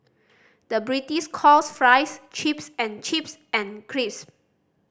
the British calls fries chips and chips and crisp